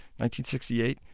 1968